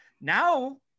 now